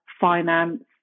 finance